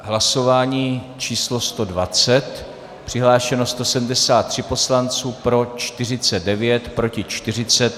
Hlasování číslo 120, přihlášeno 173 poslanců, pro 49, proti 40.